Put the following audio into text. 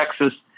Texas